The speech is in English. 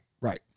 right